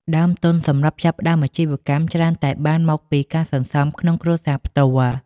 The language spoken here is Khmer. ដើមទុនសម្រាប់ចាប់ផ្តើមអាជីវកម្មច្រើនតែបានមកពីការសន្សំក្នុងគ្រួសារផ្ទាល់។